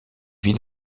vit